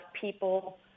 people